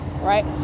right